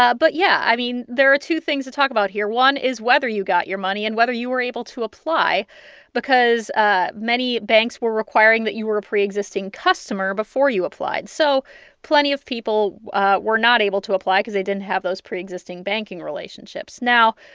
ah but yeah, i mean, there are two things to talk about one is whether you got your money and whether you were able to apply because ah many banks were requiring that you were a preexisting customer before you applied. so plenty of people ah were not able to apply because they didn't have those preexisting banking relationships now,